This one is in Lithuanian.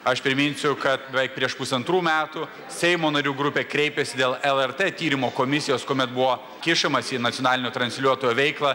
aš priminsiu kad beveik prieš pusantrų metų seimo narių grupė kreipėsi dėl lrt tyrimo komisijos kuomet buvo kišamasi į nacionalinio transliuotojo veiklą